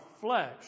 flesh